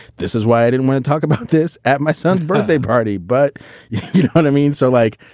this is why i didn't want to talk about this at my son's birthday party. but you know what i mean? so, like,